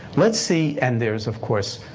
let's see and there's, of course,